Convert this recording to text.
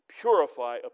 purify